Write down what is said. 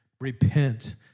repent